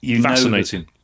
Fascinating